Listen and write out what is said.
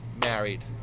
married